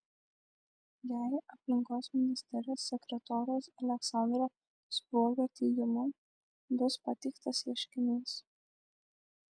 jai aplinkos ministerijos sekretoriaus aleksandro spruogio teigimu bus pateiktas ieškinys